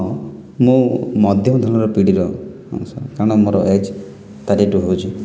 ହଁ ମୁଁ ମଧ୍ୟମଧରଣ ପିଢ଼ିର ହଁ ସାର୍ କାରଣ ମୋର ଏଜ୍ ଥାର୍ଟି ଟୁ ହେଉଛି